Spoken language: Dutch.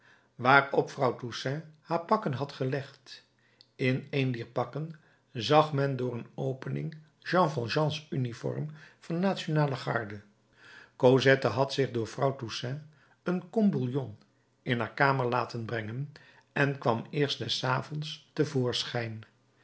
waarop vrouw toussaint haar pakken had gelegd in een dier pakken zag men door een opening jean valjeans uniform van nationale garde cosette had zich door vrouw toussaint een kom bouillon in haar kamer laten brengen en kwam eerst